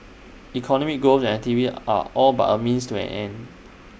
economic growth and T V are all but A means to an end